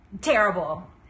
terrible